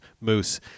Moose